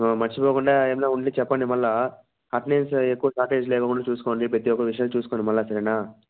మర్చిపోకుండా ఏమన్న ఉంటే చెప్పండి మళ్ళీ అటెండెన్స్ ఎక్కువ షార్టేజ్ లేకుండా చూసుకోండి ప్రతి ఒక్క విషయం చూసుకోండి మళ్ళీ సరేనా